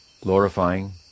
glorifying